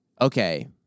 okay